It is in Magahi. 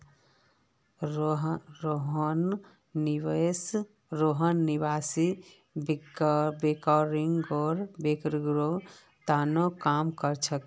रोहन निवेश बैंकिंगेर त न काम कर छेक